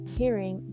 hearing